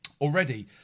already